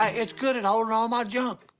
ah it's good at holding all my junk.